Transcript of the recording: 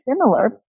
similar